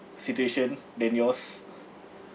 situation than yours